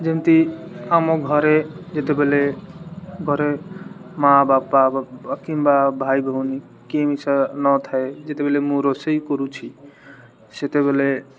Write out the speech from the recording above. ଯେମିତି ଆମ ଘରେ ଯେତେବେଲେ ଘରେ ମା ବାପା କିମ୍ବା ଭାଇ ଭଉଣୀ କେ ମିଶା ନଥାଏ ଯେତେବେଲେ ମୁଁ ରୋଷେଇ କରୁଛି ସେତେବେଲେ